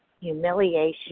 humiliation